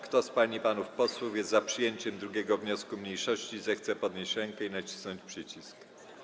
Kto z pań i panów posłów jest za przyjęciem 2. wniosku mniejszości, zechce podnieść rękę i nacisnąć przycisk.